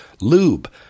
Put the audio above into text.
lube